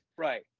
Right